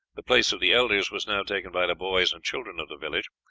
the place of the elders was now taken by the boys and children of the village,